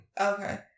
Okay